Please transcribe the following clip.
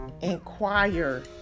inquire